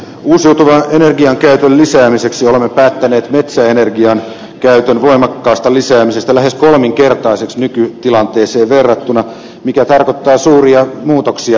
uusiutuvan energian käytön lisäämiseksi olemme päättäneet metsäenergian käytön voimakkaasta lisäämisestä lähes kolminkertaiseksi nykytilanteeseen verrattuna mikä tarkoittaa suuria muutoksia metsien käytössä